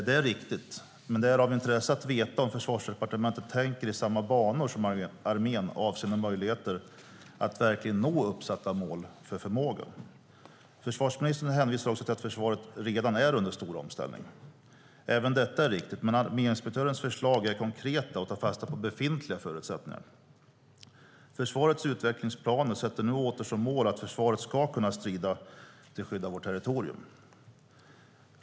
Det är riktigt, men det är av intresse att veta om Försvarsdepartementet tänker i samma banor som armén avseende möjligheter att verkligen nå uppsatta mål för förmågor. Försvarsministern hänvisar också till att försvaret redan är under stor omställning. Även detta är riktigt, men arméinspektörens förslag är konkreta och tar fasta på befintliga förutsättningar. Försvarets utvecklingsplan sätter nu åter som mål att försvaret ska kunna strida till skydd av vårt territorium.